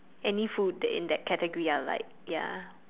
any food that in that category are like ya